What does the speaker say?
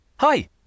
Hi